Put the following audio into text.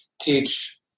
teach